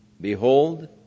Behold